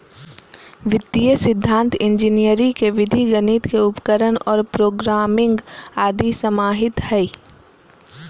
वित्तीय सिद्धान्त इंजीनियरी के विधि गणित के उपकरण और प्रोग्रामिंग आदि समाहित हइ